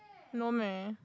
no meh